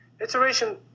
Iteration